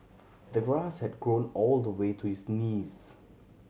the grass had grown all the way to his knees